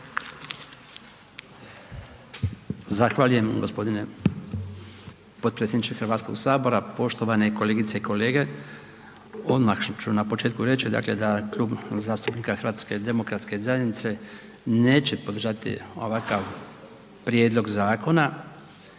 Zahvaljujem gospodine potpredsjedniče Hrvatskog sabora. Poštovane kolegice i kolege odmah ću na početku reći dakle da Klub zastupnika HDZ-a neće podržati ovakav prijedlog zakona